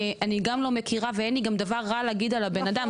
כי אני גם לא מכירה ואין לי דבר רע להגיד על הבן אדם.